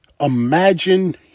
imagine